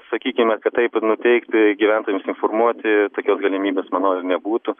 sakykime kad taip nuteikti gyventojams informuoti tokios galimybės manau ir nebūtų